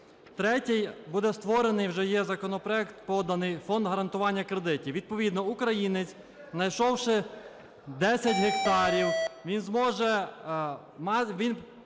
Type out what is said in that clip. Третє. Буде створений, вже є законопроект поданий, Фонд гарантування кредитів. Відповідно, українець, знайшовши 10 гектарів, він